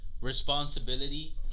responsibility